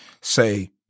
say